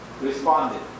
responded